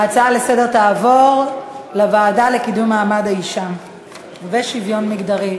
ההצעה לסדר-היום תעבור לוועדה לקידום מעמד האישה ולשוויון מגדרי,